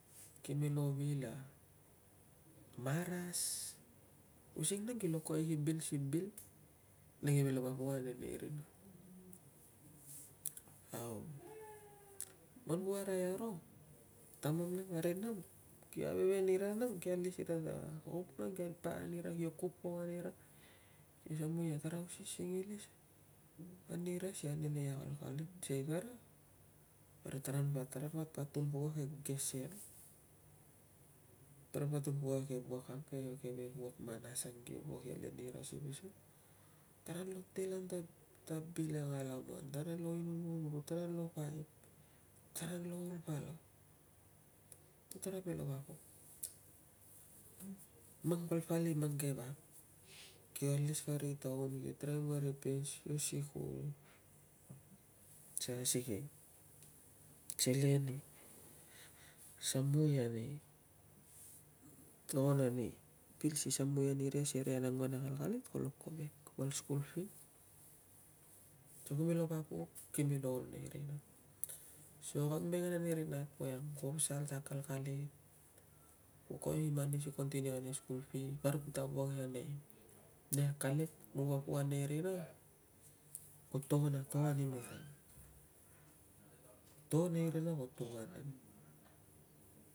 Kime lo vil a maras using nang kolo kovek i bil si bil na kime lo papok ane rina. Au man ku arai aro tamam na ri nam kio alis ira ta hope kio pakangai anira, kio kuk pok anira. Ko samui a tarausis, singilis anira si kara akalkalit sikei kana parik tara pa tun pok a ke gese ang. Parik tarapa parik tarapa tun pok a ke wuak manas ang ki wuak le nira si pasal. Taran telan ta bil ang a laman, tara lo inum hom bru, tara lo paip, tara lo ol palau le na tara melo papok. Mang palpal i mang ke vap kio alis kari taun parik kila nguan abis sa asi ke selen i samui ani togon ani bil si samui ani ria sin akalit, kolo kovek val skul fi. So kime lo papok, kime lo ol nei rina so kag mengen ane ri nat voiang kuo pasal ta akalit kuo kovek i mani si kontiniu ani skul fi parik ta wuak enei akalit. Ku papok ane rina ko togon a to anim, to nei rina ko duk anim.